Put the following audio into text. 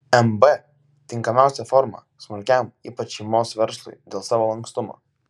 mb tinkamiausia forma smulkiam ypač šeimos verslui dėl savo lankstumo